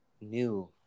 new